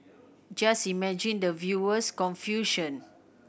just imagine the viewer's confusion